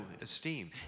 esteem